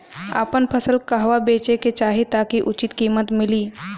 आपन फसल कहवा बेंचे के चाहीं ताकि उचित कीमत मिली?